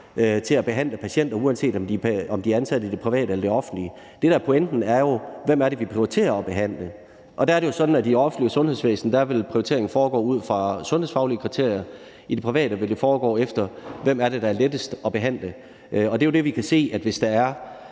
til at behandle patienter, uanset om de er ansat i det private eller det offentlige. Det, der er pointen, er jo, hvem det er, vi prioriterer at behandle, og der er det jo sådan, at prioriteringen i det offentlige sundhedsvæsen vil foregå ud fra sundhedsfaglige kriterier, og at i det private vil det foregå efter, hvem der er lettest at behandle. Vi kan jo se, at hvis der er